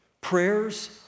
prayers